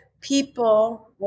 people